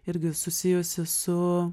irgi susijusi su